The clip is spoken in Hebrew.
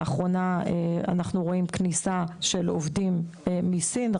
לאחרונה אנחנו רואים כניסה של עובדים מסין,